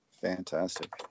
Fantastic